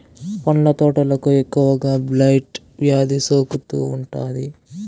పండ్ల తోటలకు ఎక్కువగా బ్లైట్ వ్యాధి సోకుతూ ఉంటాది